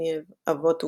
טורגנייב "אבות ובנים".